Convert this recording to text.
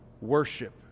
worship